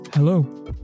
Hello